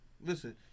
Listen